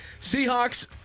Seahawks